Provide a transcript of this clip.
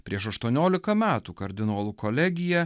prieš aštuoniolika metų kardinolų kolegija